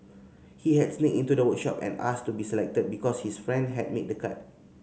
he had sneaked into the workshop and asked to be selected because his friend had made the cut